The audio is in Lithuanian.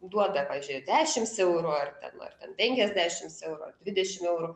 duoda pavyzdžiui dešims eurų ar ten ar ten penkiasdešims eurų dvidešim eurų